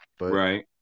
Right